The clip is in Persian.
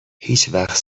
هیچوقت